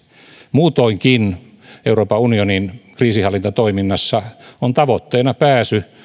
muutoinkin euroopan unionin kriisinhallintatoiminnassa on tavoitteena pääsy